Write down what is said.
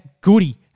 goody